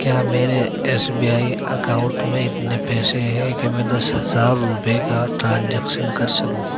کیا میرے S B I account میں اتنے پیسے ہیں کہ میں دس ہزار روپئے کا ٹرانجیکشن کر سکوں